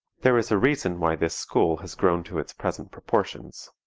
there is a reason why this school has grown to its present proportions.